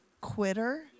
quitter